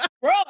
Bro